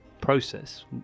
process